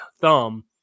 thumb